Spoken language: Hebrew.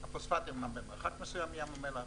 הפוספטים הם אמנם במרחק מסוים מים המלח,